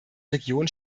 region